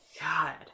God